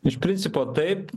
iš principo taip